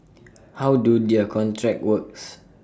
how do their contracts work